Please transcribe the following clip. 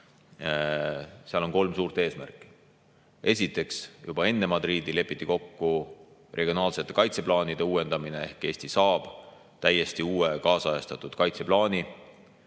Seal on kolm suurt eesmärki. Esiteks, juba enne Madridi lepiti kokku regionaalsete kaitseplaanide uuendamine. Ehk Eesti saab täiesti uue ajakohastatud kaitseplaani.